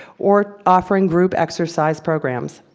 or offering group exercise programs.